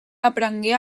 aprengué